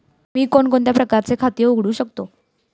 मी कोणकोणत्या प्रकारचे खाते उघडू शकतो?